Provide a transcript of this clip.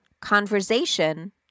conversation